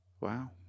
Wow